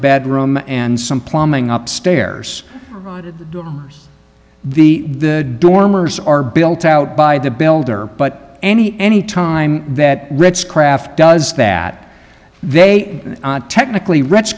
bedroom and some plumbing up stairs on the dormers are built out by the builder but any any time that ritz craft does that they technically rich